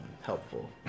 helpful